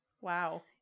Wow